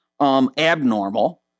abnormal